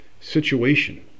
situation